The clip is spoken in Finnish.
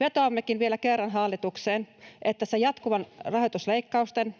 Vetoammekin vielä kerran hallitukseen, että se jatkuvien rahoitusleikkausten,